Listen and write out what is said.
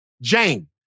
Jane